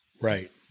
Right